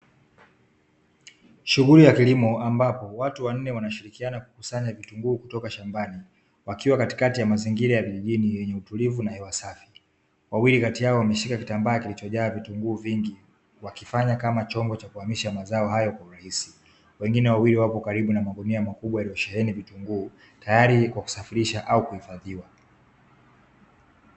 Shughuli ya kilimo ambapo watu wanne wanashirikiana kukusanya vitunguu kutoka shambani wakiwa katikati ya mazingira ya vijijini yenye utulivu na hewa safi, wawili kati yao wameshika kitambaa kilichojaa vitunguu vingi wakifanya kama chombo cha kuhamisha mazao hayo kwa urahisi, wengine wawili wako karibu na magunia makubwa yaliyosheheni vitunguu tayari kwa kusafirishwa au kuhifadhiwa.